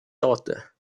daughter